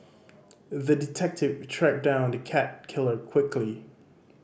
the detective tracked down the cat killer quickly